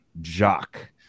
Jock